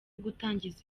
gutangiza